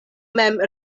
mem